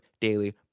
daily